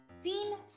Scene